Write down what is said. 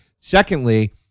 Secondly